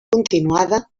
continuada